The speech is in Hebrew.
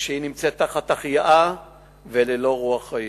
כשהיא נמצאת תחת החייאה וללא רוח חיים,